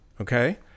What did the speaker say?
okay